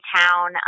town